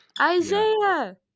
isaiah